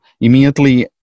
immediately